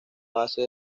base